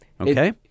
Okay